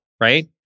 right